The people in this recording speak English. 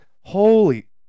holy